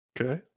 Okay